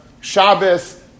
Shabbos